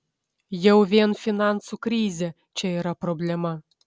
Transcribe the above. jau vien finansų krizė čia yra problema